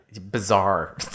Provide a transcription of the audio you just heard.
bizarre